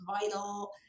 vital